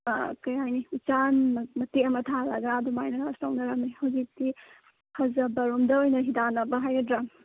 ꯀꯩ ꯍꯥꯏꯅꯤ ꯎꯆꯥꯟ ꯃꯇꯦꯛ ꯑꯃ ꯊꯥꯟꯂꯒ ꯑꯗꯨꯃꯥꯏꯅꯒꯁꯨ ꯇꯧꯅꯔꯝꯃꯦ ꯍꯧꯖꯤꯛꯇꯤ ꯐꯖꯕꯔꯣꯝꯗ ꯑꯣꯏꯅ ꯍꯤꯗꯥꯟꯅꯕ ꯍꯥꯏꯒꯗ꯭ꯔꯥ